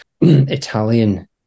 Italian